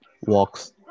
walks